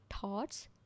thoughts